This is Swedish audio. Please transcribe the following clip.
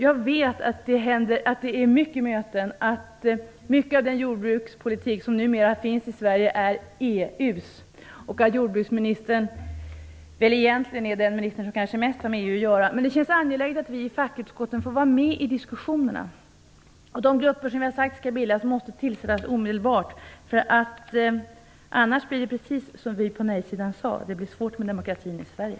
Jag vet att det är många möten. Mycket av den jordbrukspolitik som numera förs i Sverige är EU:s. Jordbruksministern är egetligen den minister som har mest med EU att göra. Det känns angeläget att vi i fackutskotten får vara med i diskussionerna. De grupper som vi har sagt skall bildas måste tillsättas omedelbart. Annars blir det precis som vi på nej-sidan sade, det blir svårt med demokratin i Sverige.